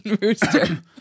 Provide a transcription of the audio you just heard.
rooster